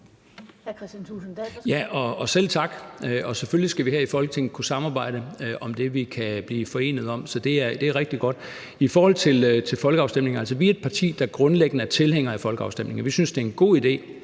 Selv tak, og selvfølgelig skal vi her i Folketinget kunne samarbejde om det, vi kan blive forenet om. Så det er rigtig godt. I forhold til folkeafstemninger er vi et parti, der grundlæggende er tilhængere af folkeafstemninger. Vi synes, det er en god idé